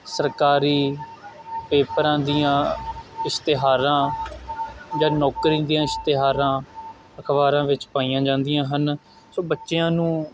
ਸਰਕਾਰੀ ਪੇਪਰਾਂ ਦੀਆਂ ਇਸ਼ਤਿਹਾਰਾਂ ਜਾਂ ਨੌਕਰੀ ਦੀਆਂ ਇਸ਼ਤਿਹਾਰਾਂ ਅਖ਼ਬਾਰਾਂ ਵਿੱਚ ਪਾਈਆਂ ਜਾਂਦੀਆਂ ਹਨ ਸੋ ਬੱਚਿਆਂ ਨੂੰ